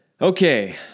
Okay